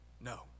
No